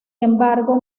embargo